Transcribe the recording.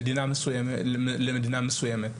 למדינה מסוימת.